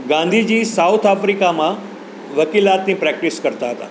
Gandhiji south આફ્રિકામાં વકીલાતની practice કરતા હતા